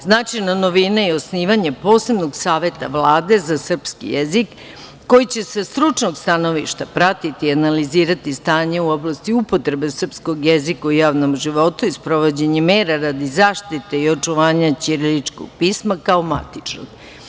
Značajna novina je osnivanje posebnog saveta Vlade za srpski jezik, koji će sa stručnog stanovništva pratiti i analizirati stanje u oblasti upotrebe srpskog jezika u javnom životu i sprovođenje mera radi zaštite i očuvanja ćiriličkog pisma kao matičnog.